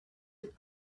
and